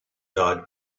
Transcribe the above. died